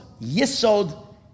Yisod